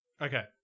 Okay